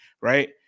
right